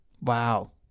Wow